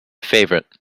favorite